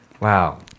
wow